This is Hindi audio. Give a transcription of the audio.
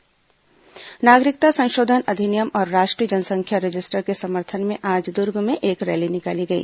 नागरिकता संशोधन अधिनियम नागरिकता संशोधन अधिनियम और राष्ट्रीय जनसंख्या रजिस्टर के समर्थन में आज दुर्ग में एक रैली निकाली गई